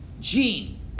gene